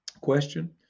question